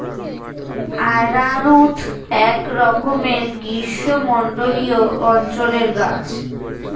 arrowroot একরকমের গ্রীষ্মমণ্ডলীয় অঞ্চলের গাছ